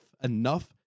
enough